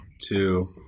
two